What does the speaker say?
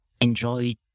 enjoy